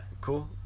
cool